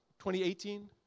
2018